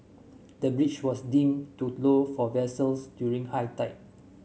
the bridge was deemed too low for vessels during high tide